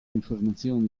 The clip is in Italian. informazioni